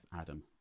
Adam